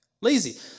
lazy